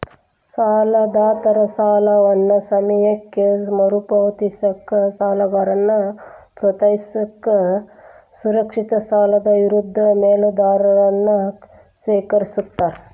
ಸಾಲದಾತರ ಸಾಲವನ್ನ ಸಮಯಕ್ಕ ಮರುಪಾವತಿಸಕ ಸಾಲಗಾರನ್ನ ಪ್ರೋತ್ಸಾಹಿಸಕ ಸುರಕ್ಷಿತ ಸಾಲದ ವಿರುದ್ಧ ಮೇಲಾಧಾರವನ್ನ ಸ್ವೇಕರಿಸ್ತಾರ